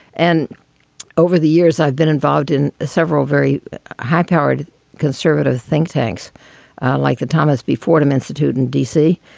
and over the years i've been involved in several very high powered conservative think tanks like the thomas b fordham institute in d c.